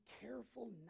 careful